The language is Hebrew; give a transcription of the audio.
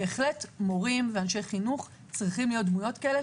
ומורים ואנשי חינוך צריכים להיות אנשים כאלה,